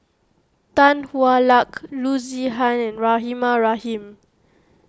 Tan Hwa Luck Loo Zihan and Rahimah Rahim